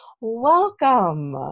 Welcome